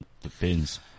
Depends